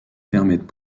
permettent